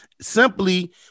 Simply